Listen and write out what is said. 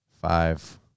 Five